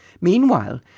Meanwhile